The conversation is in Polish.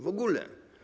W ogóle.